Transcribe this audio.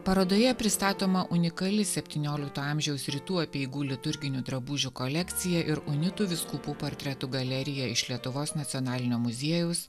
parodoje pristatoma unikali septyniolikto amžiaus rytų apeigų liturginių drabužių kolekcija ir unitų vyskupų portretų galerija iš lietuvos nacionalinio muziejaus